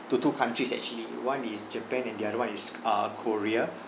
to two countries actually one is japan and the other one is uh korea